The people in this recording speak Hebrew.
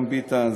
גם ביטן,